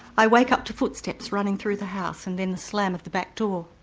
i wake up to footsteps running through the house and then the slam of the back door.